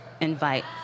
invite